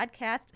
podcast